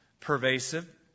Pervasive